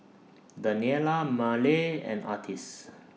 Daniela Marley and Artis